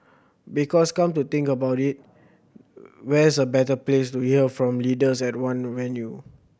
because come to think about it where's a better place to hear from leaders at one venue